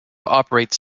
operates